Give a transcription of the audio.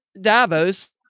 Davos